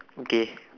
okay